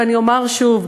ואני אומר שוב,